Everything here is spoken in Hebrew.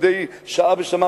מדי שעה בשעה,